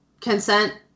consent